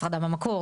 הפרדה במקור,